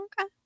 Okay